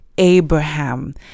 Abraham